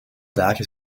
dagen